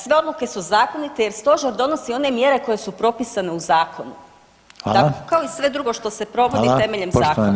Sve odluke su zakonite jer Stožer donosi one mjere koje su propisane u zakonu [[Upadica: Hvala.]] Dakle kao i sve drugo što se provodi temeljem zakona.